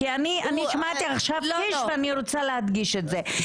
כי אני רוצה להדגיש את זה.